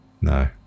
No